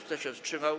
Kto się wstrzymał?